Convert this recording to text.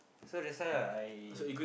so that's why uh I